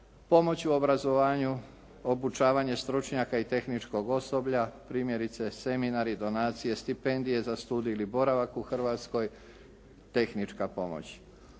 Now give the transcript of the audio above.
pomoć u obrazovanju, obučavanje stručnjaka i tehničkog osoblja primjerice seminari, donacije, stipendije za studij ili boravak u Hrvatskoj tehnička pomoć.